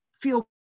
feel